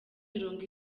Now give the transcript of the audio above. mirongo